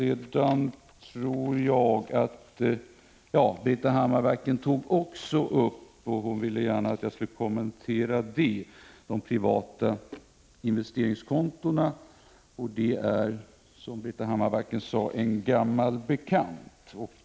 Britta Hammarbacken ville gärna att jag skulle kommentera frågan om de privata investeringskontona. Som hon sade är denna fråga en gammal bekant.